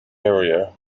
area